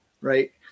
right